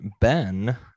Ben